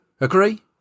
Agree